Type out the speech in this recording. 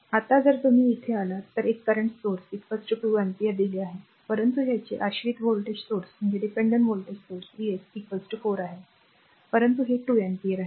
आता जर तुम्ही इथे आलात तर एक Current स्त्रोत 2 अँपिअर दिले आहे परंतु त्याचे आश्रित व्होल्टेज स्त्रोत V s 4 आहे परंतु हे 2 अँपिअर आहे